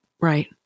Right